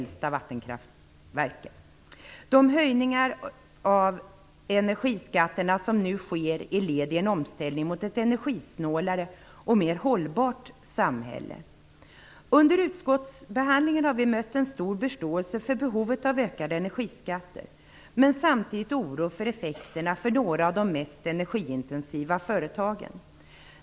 De höjningar av energiskatterna som nu sker är ett led i omställningen mot ett energisnålare och mera hållbart samhälle. Under utskottsbehandlingen har vi mött en stor förståelse för behovet av ökade energiskatter, men samtidigt finns det en oro för effekterna för några av de mest energiintensiva företagen.